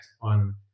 on